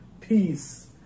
peace